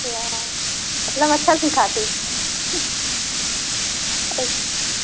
मतलब अच्छा सिखाते हैं